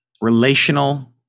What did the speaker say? relational